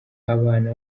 abana